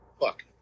Fuck